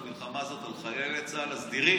את המלחמה הזאת על חיילי צה"ל הסדירים,